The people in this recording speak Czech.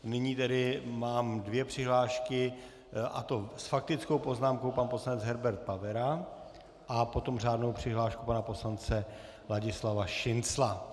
Nyní tedy mám dvě přihlášky, a to s faktickou poznámkou pan poslanec Herbert Pavera a potom řádnou přihlášku pana poslance Ladislava Šincla.